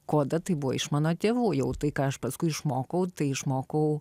kodą tai buvo iš mano tėvų jau tai ką aš paskui išmokau tai išmokau